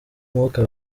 umwuka